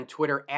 Twitter